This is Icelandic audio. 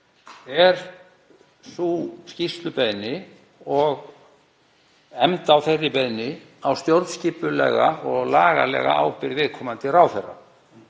er sú skýrslubeiðni og efnd á þeirri beiðni á stjórnskipulega og lagalega ábyrgð viðkomandi ráðherra.